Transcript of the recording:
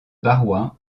barrois